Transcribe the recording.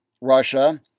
Russia